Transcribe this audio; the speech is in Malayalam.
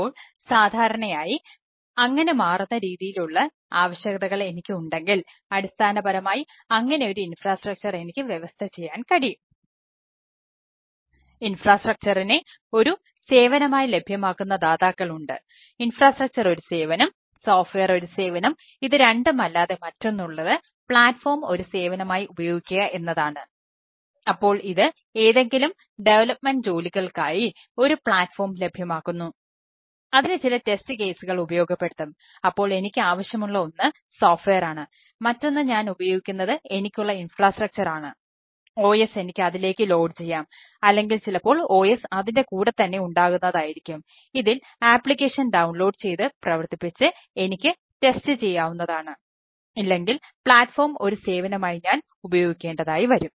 അപ്പോൾ സാധാരണയായി അങ്ങനെ മാറുന്ന രീതിയിലുള്ള ആവശ്യകതകൾ എനിക്ക് ഉണ്ടെങ്കിൽ അടിസ്ഥാനപരമായി അങ്ങനെ ഒരു ഇൻഫ്രാസ്ട്രക്ചർ ഒരു സേവനമായി ഞാൻ ഉപയോഗിക്കേണ്ടതായി വരും